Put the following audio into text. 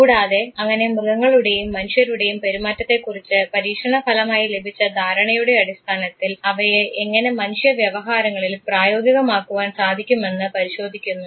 കൂടാതെ അങ്ങനെ മൃഗങ്ങളുടെയും മനുഷ്യരുടെയും പെരുമാറ്റത്തെകുറിച്ച് പരീക്ഷണ ഫലമായി ലഭിച്ച ധാരണയുടെ അടിസ്ഥാനത്തിൽ അവയെ എങ്ങനെ മനുഷ്യ വ്യവഹാരങ്ങളിൽ പ്രായോഗികമാക്കുവാൻ സാധിക്കുമെന്ന് പരിശോധിക്കുന്നു